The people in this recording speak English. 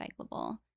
recyclable